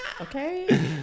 Okay